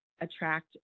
attract